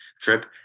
trip